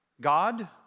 God